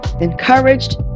encouraged